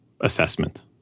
assessment